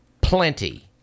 plenty